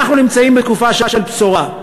אנחנו נמצאים בתקופה של בשורה.